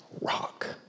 rock